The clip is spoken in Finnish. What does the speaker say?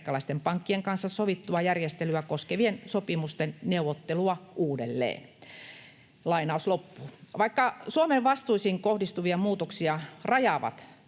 kreikkalaisten pankkien kanssa sovittua järjestelyä koskevien sopimusten neuvottelua uudelleen.” Vaikka Suomen vastuisiin kohdistuvia muutoksia rajaavat